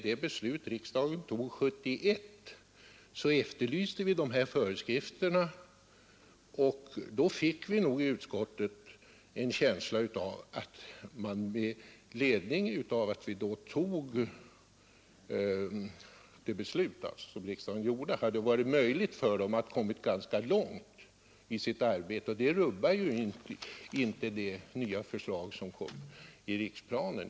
Det tycker jag också är helt naturligt, ty redan i det beslut som riksdagen tog 1971 efterlyste vi närmare föreskrifter.